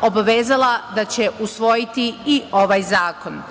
obavezala da će usvojiti i ovaj zakon.